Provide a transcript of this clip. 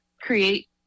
create